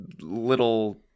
little